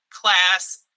Class